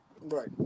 Right